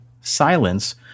silence